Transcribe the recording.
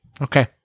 Okay